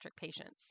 patients